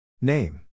Name